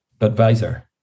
advisor